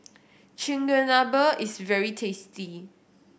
chigenabe is very tasty